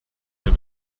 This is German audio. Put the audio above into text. mehr